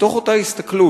מתוך אותה הסתכלות,